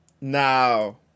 Now